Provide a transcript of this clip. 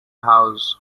house